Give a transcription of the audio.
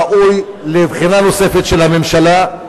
ראוי לבחינה נוספת של הממשלה,